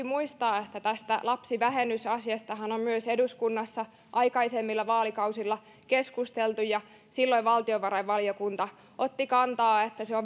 muistaa että tästä lapsivähennysasiastahan on eduskunnassa myös aikaisemmilla vaalikausilla keskusteltu silloin valtiovarainvaliokunta otti kantaa että se on